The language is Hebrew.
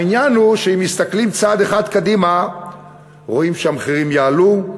העניין הוא שאם מסתכלים צעד אחד קדימה רואים שהמחירים יעלו,